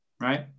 right